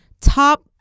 top